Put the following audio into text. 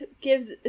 gives